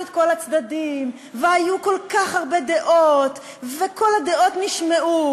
את כל הצדדים והיו כל כך הרבה דעות וכל הדעות נשמעו.